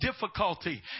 difficulty